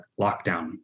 lockdown